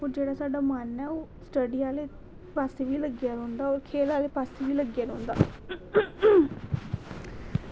ते जेह्ड़ा साढ़ा मन ऐ ओह् स्टडी आह्ले पासै बी लग्गे दा रौहंदा ओह् खेल आह्ले पासै बी लग्गे दा रौहंदा